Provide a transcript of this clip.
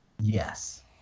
Yes